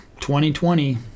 2020